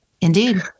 Indeed